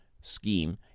scheme